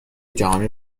جهانی